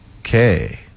Okay